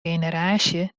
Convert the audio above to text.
generaasje